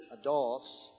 adults